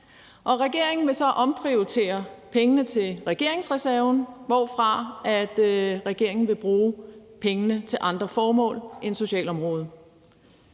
regeringen vil så omprioritere pengene til regeringsreserven, hvorfra regeringen vil bruge pengene til andre formål end socialområdet.